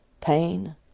pain